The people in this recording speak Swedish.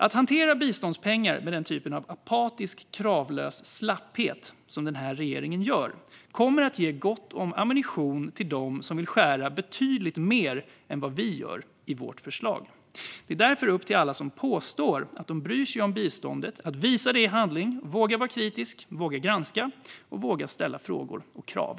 Att hantera biståndspengar med den typ av apatisk, kravlös slapphet som regeringen uppvisar kommer att ge gott om ammunition till dem som vill skära betydligt mer än vad vi gör i vårt förslag. Det är därför upp till alla som påstår att de bryr sig om biståndet att visa detta i handling och att våga vara kritiska, våga granska och våga ställa frågor och krav.